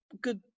good